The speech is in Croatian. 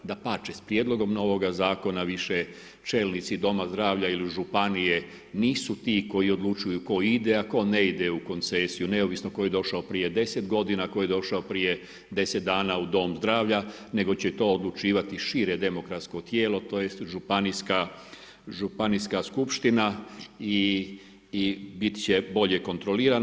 Dapače, s prijedlogom novoga zakona više čelnici doma zdravlja ili županije, nisu ti koji odlučuju tko ide a tko ne ide u koncesiju neovisno tko je došao prije 10 g., tko je došao prije 10 dana u dom zdravlja, nego će to odlučivati šire demokratsko tijelo tj. županijska skupština i bit će bolje kontrolirano.